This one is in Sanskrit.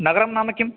नगरं नाम किम्